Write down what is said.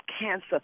cancer